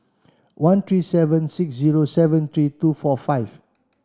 one three seven six zero seven three two four five